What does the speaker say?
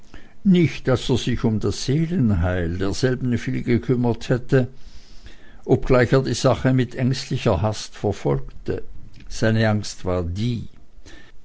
nicht daß er sich um das seelenheil derselben viel gekümmert hätte obgleich er die sache mit ängstlicher hast verfolgte seine angst war die